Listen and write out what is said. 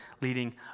leading